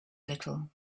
little